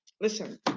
listen